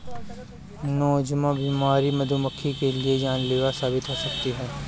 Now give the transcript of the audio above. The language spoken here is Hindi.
नोज़ेमा बीमारी मधुमक्खियों के लिए जानलेवा साबित हो सकती है